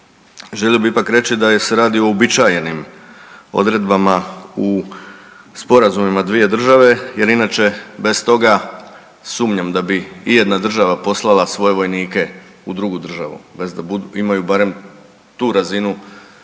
želio bih ipak reći da se radi o uobičajenim odredbama u sporazumima dvije države jer inače, bez toga sumnjam da bi ijedna država poslala svoje vojnike u drugu državu bez da imaju barem tu razinu